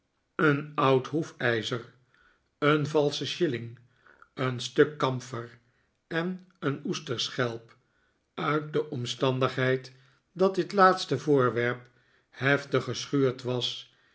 een oud hoefijzer een valschen shilling een stuk kamfer en een oesterschelp uit de omstandigheid dat dit laatste voorwerp heftig geschuurd was